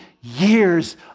years